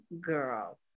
girl